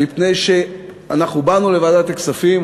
מפני שכשאנחנו באנו לוועדת הכספים,